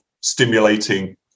stimulating